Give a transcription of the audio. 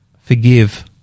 forgive